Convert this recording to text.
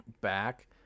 back